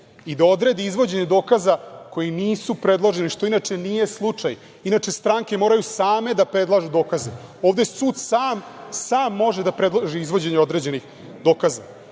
i da odredi izvođenje dokaza koji nisu predloženi, što inače nije slučaj. Inače, stranke moraju same da predlažu dokaze. Ovde sud sam može da predloži izvođenje određenih dokaza.